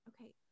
Okay